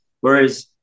Whereas